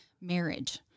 marriage